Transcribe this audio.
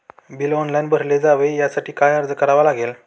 Bill online भरले जावे यासाठी काय अर्ज करावा लागेल?